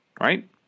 right